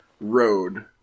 Road